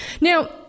Now